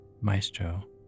maestro